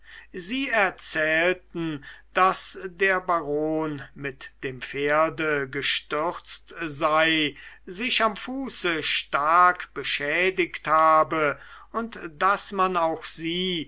sie erzählten daß der baron mit dem pferde gestürzt sei sich am fuße stark beschädigt habe und daß man auch sie